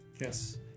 Yes